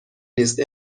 نیست